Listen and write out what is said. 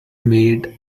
made